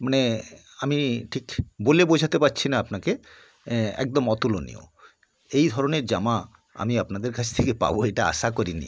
মানে আমি ঠিক বলে বোঝাতে পারছি না আপনাকে একদম অতুলনীয় এই ধরনের জামা আমি আপনাদের কাছ থেকে পাবো এটা আশা করিনি